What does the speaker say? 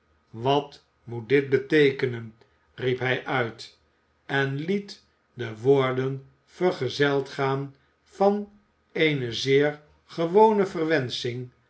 wat moet dit beteekenen riep hij uit en liet die woorden vergezeld gaan van eene zeer gewone